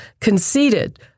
conceded